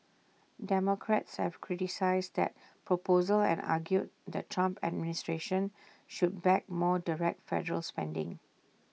democrats have criticised that proposal and argued the Trump administration should back more direct federal spending